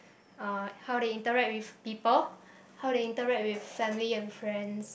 uh how they interact with people how they interact with family and friends